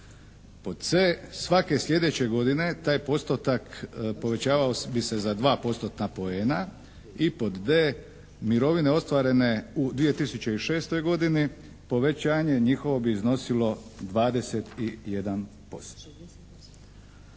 Pod c: svake sljedeće godine taj postotak povećavao bi se za 2 postotna poena. I pod d: mirovine ostvarene u 2006. godini povećanje njihovo bi iznosilo 21%.